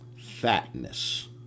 fatness